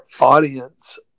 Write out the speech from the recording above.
audience